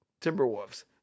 Timberwolves